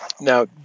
Now